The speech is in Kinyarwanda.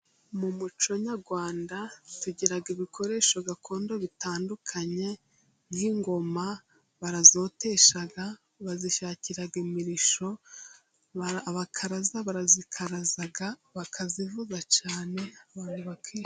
Mu muco nyarwanda tugira ibikoresho gakondo bitandukanye nk'ingoma barazotesha bazishakira imirishyo abakaraza barazikaraza bakazivuza cyane abantu bakishima.